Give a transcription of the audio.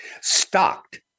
Stocked